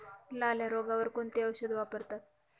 लाल्या रोगावर कोणते औषध वापरतात?